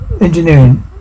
engineering